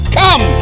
come